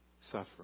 suffering